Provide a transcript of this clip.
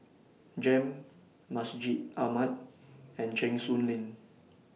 Jem Masjid Ahmad and Cheng Soon Lane